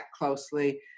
closely